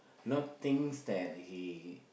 know things that he